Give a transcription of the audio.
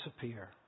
disappear